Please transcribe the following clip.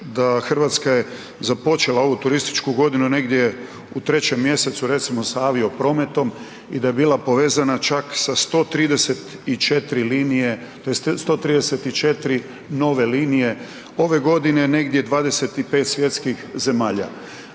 da Hrvatska je započela ovu turističku godinu negdje u 3. mjesecu, recimo sa avio prometom i da je bila povezana čak sa 134 linije, tj. 134 nove linije ove godine, negdje 25 svjetskih zemalja.